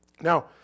Now